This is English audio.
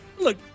Look